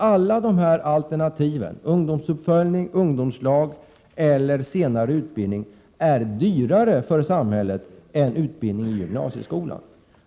Alla dessa alternativ — ungdomsuppföljning, ungdomslag eller senare utbildning — är dyrare för samhället än utbildning i gymnasieskolan.